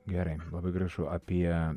gerai labai gražu apie